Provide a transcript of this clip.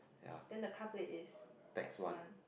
then the car plate is text one